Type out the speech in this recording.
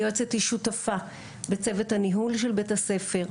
היועצת היא שותפה בצוות הניהול של בית הספר,